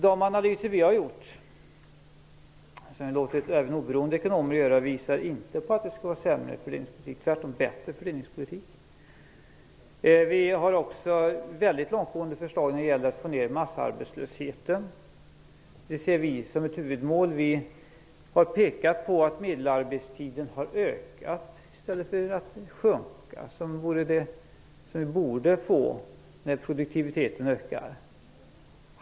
De analyser som vi gjort och även låtit oberoende ekonomer göra visar inte att det skulle vara sämre fördelningspolitik, tvärtom bättre. Vi har väldigt långtgående förslag när det gäller att få ner massarbetslösheten. Det ser vi som ett huvudmål. Vi har pekat på att medelarbetstiden har ökat i stället för att sjunka, som den borde göra när produktiviteten ökar.